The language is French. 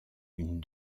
une